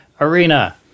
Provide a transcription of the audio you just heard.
Arena